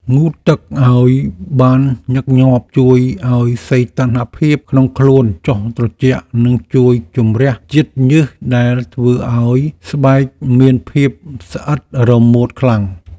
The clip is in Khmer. ងូតទឹកឱ្យបានញឹកញាប់ជួយឱ្យសីតុណ្ហភាពក្នុងខ្លួនចុះត្រជាក់និងជួយជម្រះជាតិញើសដែលធ្វើឱ្យស្បែកមានភាពស្អិតរមួតខ្លាំង។